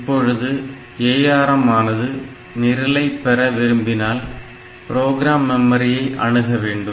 இப்பொழுது ARM ஆனது நிரலை பெற விரும்பினால் ப்ரோக்ராம் மெமரியை அணுக வேண்டும்